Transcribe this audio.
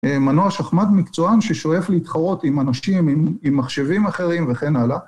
מנוע שחמט מקצוען ששואף להתחרות עם אנשים, עם מחשבים אחרים וכן הלאה.